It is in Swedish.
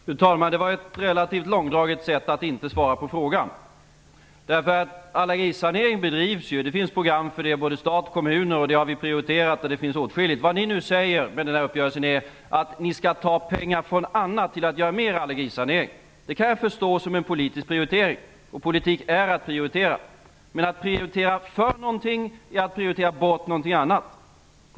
Fru talman! Det var ett relativt långdraget sätt att inte svara på frågan. Allergisanering bedrivs ju. Det finns program för det i både stat och kommuner. Det har vi prioriterat, och det finns åtskilligt av det. Det ni säger med uppgörelsen är att ni skall ta pengar från annat till att göra mer allergisanering. Det kan jag förstå som en politisk prioritering. Politik är att prioritera. Men att prioritera någonting är att prioritera bort någonting annat.